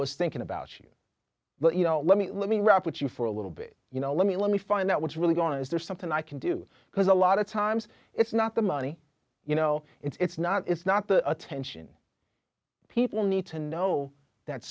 was thinking about you but you know let me let me wrap with you for a little bit you know let me let me find out what's really going on is there something i can do because a lot of times it's not the money you know it's not it's not the attention people need to know that